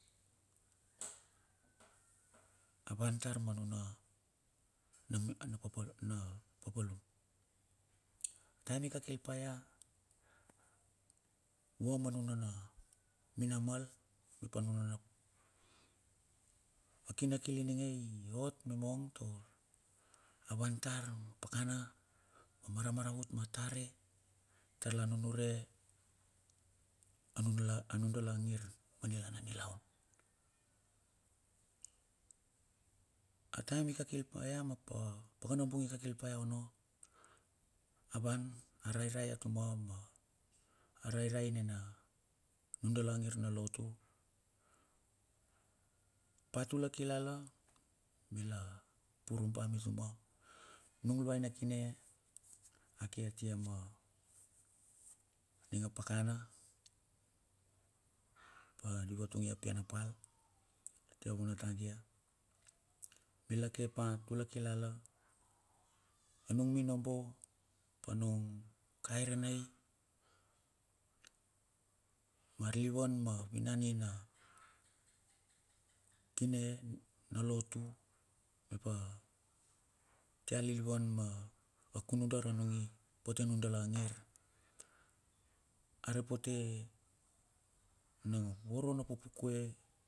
avan tar ma nuna na papalum. Taim i kakil pa ya vua ma nung na ra minamal, i pa nung na ra, a kinakil ininge i ot me mong taur, avan tar pakana a mara maravut ma tare, tar la nunure, anun dala angir ma nila na nilaun. Ataim i kakil pa ya mep a pakana bung i kakil paia ono, a van a rairai tuma ma rairai nina nun dala angir na lotu pa tula kilala mila purum pa mituma nung luaina kine ake atia ma ninge pakana, pa liva tung ia pia nem pal, tia vo na tai dia. Mila ke pa tula kilala, anung mi no bo, panung kaire nei, warlilivan ma inanin na kine na lotu, papa tia lilivan ma rakun nundar a rongi, pati nun dala a ngir. Arep o ti nanga voro na popo kue.